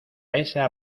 esa